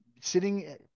Sitting